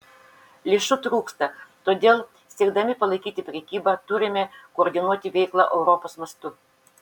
lėšų trūksta todėl siekdami palaikyti prekybą turime koordinuoti veiklą europos mastu